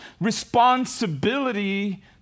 responsibility